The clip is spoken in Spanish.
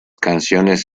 canciones